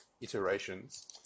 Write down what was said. iterations